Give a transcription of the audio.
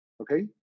okay